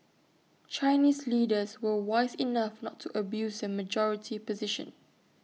Chinese leaders were wise enough not to abuse their majority position